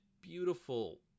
beautiful